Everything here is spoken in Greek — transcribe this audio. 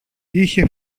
είχε